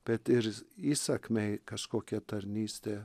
bet ir įsakmiai kažkokia tarnystė